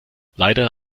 leider